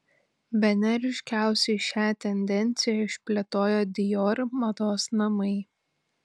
bene ryškiausiai šią tendenciją išplėtojo dior mados namai